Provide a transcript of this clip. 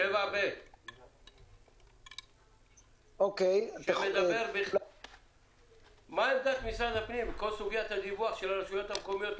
7ב. מה עמדת משרד הפנים בכל סוגיית הדיווח של הרשויות המקומיות.